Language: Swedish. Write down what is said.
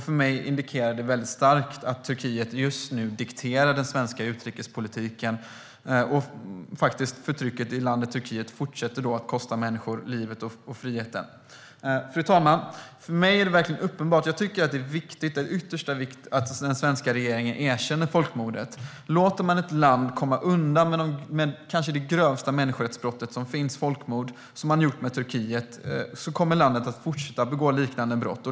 För mig indikerar det starkt att Turkiet just nu dikterar den svenska utrikespolitiken, medan förtrycket i Turkiet fortsätter att kosta människor livet och friheten. Fru talman! För mig är detta verkligen uppenbart, och jag tycker att det är av yttersta vikt att den svenska regeringen erkänner folkmordet. Låter man ett land komma undan med det kanske grövsta människorättsbrott som finns, det vill säga folkmord, vilket man har gjort med Turkiet kommer landet att fortsätta begå liknande brott.